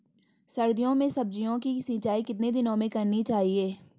सर्दियों में सब्जियों की सिंचाई कितने दिनों में करनी चाहिए?